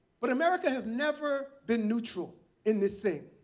but america has never been neutral in this thing.